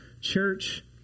church